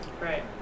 Right